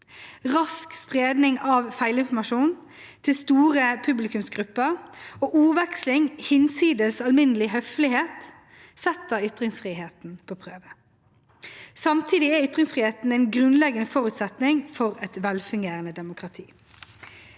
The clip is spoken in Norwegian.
Rask spredning av feilinformasjon til store publikumsgrupper og ordveksling hinsides alminnelig høflighet setter ytringsfriheten på prøve. Samtidig er ytringsfriheten en grunnleggende forutsetning for et velfungerende demokrati.